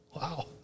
wow